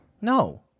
no